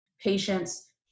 patients